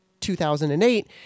2008